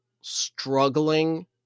struggling